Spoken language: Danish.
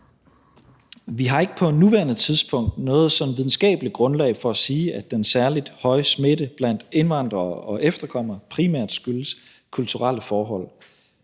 Vi har ikke på nuværende tidspunkt noget videnskabeligt grundlag for at sige, at den særlig høje smitte blandt indvandrere og efterkommere primært skyldes kulturelle forhold,